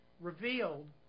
revealed